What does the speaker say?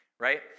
right